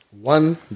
One